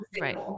right